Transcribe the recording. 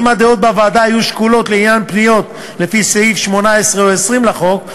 אם הדעות בוועדה יהיו שקולות לעניין פניות לפי סעיף 18 או 20 לחוק,